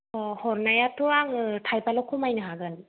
अ हरनायाथ' आङो थायबाल' खमायनो हागोन